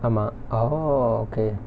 ஆமா:aamaa oh okay